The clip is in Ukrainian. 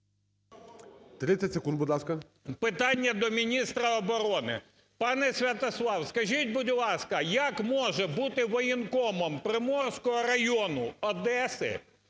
30 секунд, будь ласка. МОСІЙЧУК І.В. Питання до міністра оборони. Пане Святослав, скажіть, будь ласка, як може бути воєнкомом Приморського району Одеси